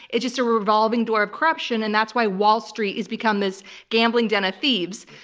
it's just a revolving door of corruption, and that's why wall street has become this gambling den of thieves.